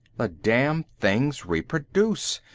the damn things reproduce,